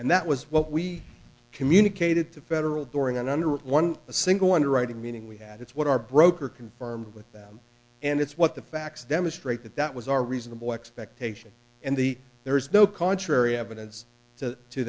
and that was what we communicated to federal during and under a one a single underwriting meeting we had that's what our broker confirmed with them and it's what the facts demonstrate that that was our reasonable expectation and the there is no contrary evidence to